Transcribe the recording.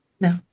No